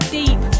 deep